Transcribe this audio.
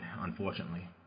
unfortunately